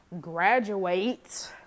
graduate